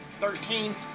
Thirteen